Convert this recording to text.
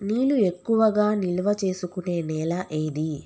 నీళ్లు ఎక్కువగా నిల్వ చేసుకునే నేల ఏది?